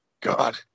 God